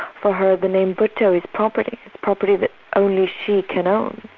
for her the name bhutto is property property that only she can own.